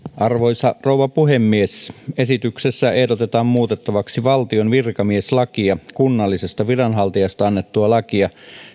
arvoisa rouva puhemies esityksessä ehdotetaan muutettavaksi valtion virkamieslakia kunnallisesta viranhaltijasta annettua lakia